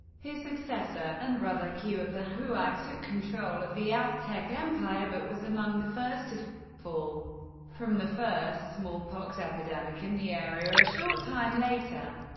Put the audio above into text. his successor and brother cuitlahuac took control of the aztec empire, but was among the first fall from the first smallpox epidemic in the area a short time later.